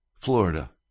Florida